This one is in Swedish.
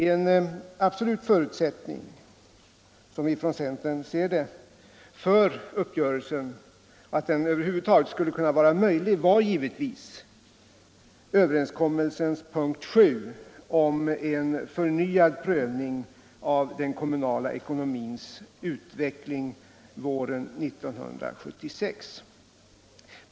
En absolut förutsättning för att uppgörelsen över huvud taget skulle vara möjlig var, som vi från centern ser det, givetvis överenskommelsens punkt 7 om en förnyad prövning av den kommunala ekonomins utveckling våren 1976.